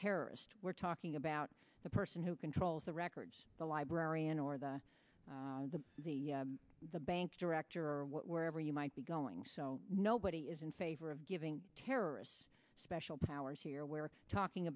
terrorist we're talking about the person who controls the records the librarian or the the the the bank director or wherever you might be going so nobody is in favor of giving terrorists special powers here where talking